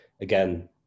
again